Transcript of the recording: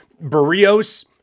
Barrios